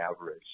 average